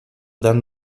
dame